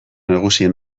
nagusien